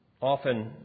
often